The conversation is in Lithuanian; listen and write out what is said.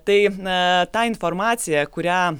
tai a tą informacija kurią